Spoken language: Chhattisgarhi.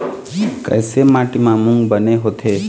कइसे माटी म मूंग बने होथे?